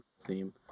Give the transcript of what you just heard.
theme